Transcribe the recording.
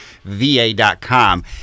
va.com